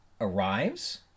arrives